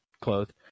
clothed